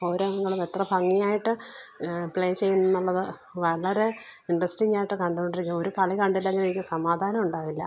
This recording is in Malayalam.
ഓരോ അംഗങ്ങളും എത്ര ഭംഗിയായിട്ട് പ്ലേയ് ചെയ്യുന്നത് എന്നുള്ളത് വളരെ ഇൻറ്ററസ്റ്റിങ് ആയിട്ട് കണ്ടുകൊണ്ടിരിക്കുക ഒര് കളി കണ്ടില്ലെങ്കിൽ എനിക്ക് സമാധാനം ഉണ്ടാകില്ല